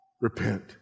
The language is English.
Repent